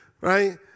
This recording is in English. right